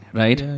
right